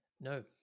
No